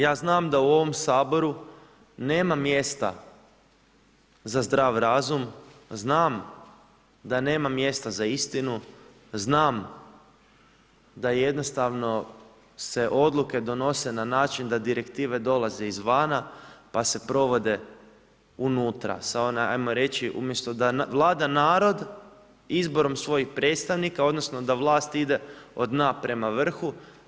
Ja znam da u ovom Saboru nema mjesta za zdrav razum, znam da nema mjesta za istinu, znam da jednostavno se odluke donose na način da direktive dolaze iz vana, pa se provode unutra, samo ajmo reći, umjesto da vlada narod, izborom svojih predstavnika odnosno, da vlast ide od dna prema vrhu.